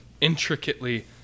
intricately